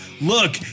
Look